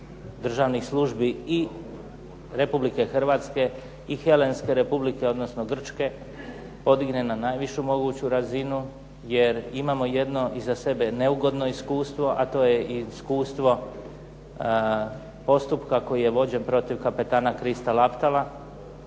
državnih službi i Republike Hrvatske i Helenske Republike, odnosno Grčke, podigne na najvišu moguću razinu, jer imamo iza sebe jedno neugodno iskustvo, a to je iskustvo postupka koji je vođen protiv kapetana Krista Laptala,